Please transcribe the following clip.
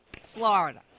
Florida